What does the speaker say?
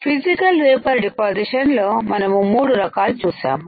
physical wafer deposition లో మనం మూడు రకాలు చూశాము